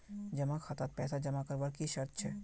जमा खातात पैसा जमा करवार की शर्त छे?